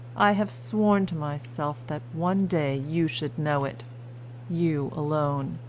i have sworn to myself that one day you should know it you alone!